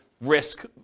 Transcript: risk